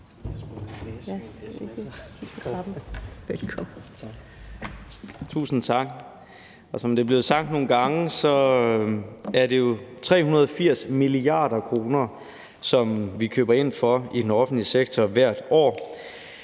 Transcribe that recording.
Tusind tak. Som det er blevet sagt nogle gange, er det jo 380 mia. kr., som vi i den offentlige sektor køber ind